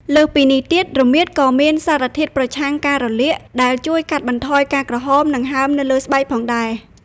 លើសពីនេះ រមៀតក៏មានសារធាតុប្រឆាំងការរលាក ដែលជួយកាត់បន្ថយការក្រហម និងហើមនៅលើស្បែកផងដែរ។